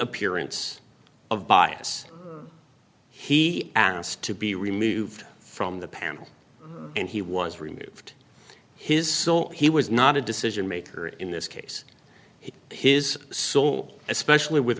appearance of bias he asked to be removed from the panel and he was removed his so he was not a decision maker in this case his sole especially with